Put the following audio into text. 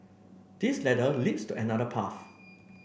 this ladder leads to another path